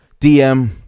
DM